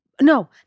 No